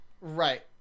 Right